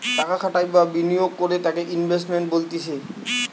টাকা খাটাই বা বিনিয়োগ করে তাকে ইনভেস্টমেন্ট বলতিছে